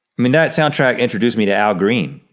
mean that soundtrack introduced me to al greene.